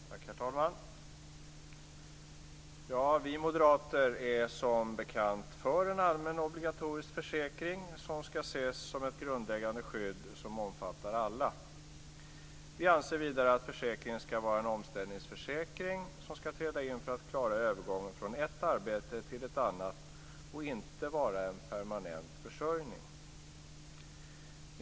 Herr talman! Vi moderater är som bekant för en allmän obligatorisk försäkring som skall ses som ett grundläggande skydd som omfattar alla. Vi anser vidare att försäkringen skall vara en omställningsförsäkring som skall träda in för att klara övergången från ett arbetet till ett annat och inte vara en permanent försörjning.